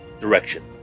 direction